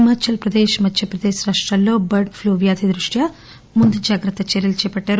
హిమాచల్ ప్రదేశ్ మధ్య ప్రదేశ్ రాష్ట్రాల్లో bird flu వ్యాధి దృష్ట్యా ముందు జాగ్రత్త చర్యలు చేపట్టారు